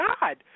God